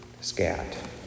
scat